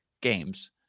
games